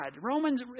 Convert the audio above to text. Romans